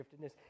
giftedness